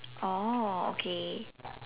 oh okay